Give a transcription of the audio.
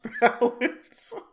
balance